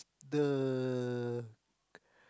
the